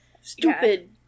Stupid